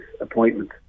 appointment